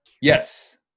Yes